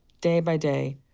day by day,